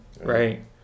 Right